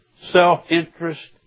self-interest